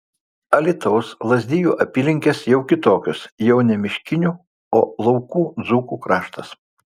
alytaus lazdijų apylinkės jau kitokios jau ne miškinių o laukų dzūkų kraštas